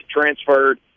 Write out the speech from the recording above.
transferred